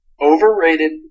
Overrated